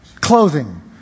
clothing